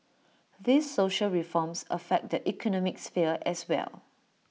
these social reforms affect the economic sphere as well